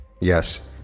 yes